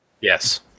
Yes